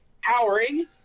powering